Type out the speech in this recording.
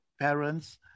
parents